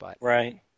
Right